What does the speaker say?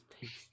taste